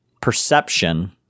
perception